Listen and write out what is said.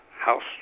House